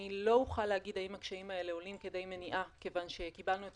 אני לא אוכל להגיד האם הקשיים האלה עולים כדי מניעה כיוון שקיבלנו את